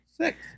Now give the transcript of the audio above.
Six